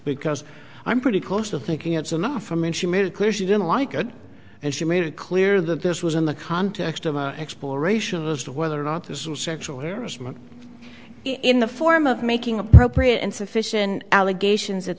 because i'm pretty close to thinking it's enough and she made it clear she didn't like it and she made it clear that this was in the context of exploration as to whether or not this was sexual harassment in the form of making appropriate and sufficient allegations at